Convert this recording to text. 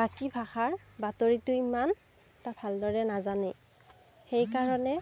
বাকী ভাষাৰ বাতৰিটো ইমান এটা ভালদৰে নাজানে সেইকাৰণে